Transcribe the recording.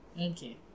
Okay